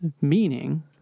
meaning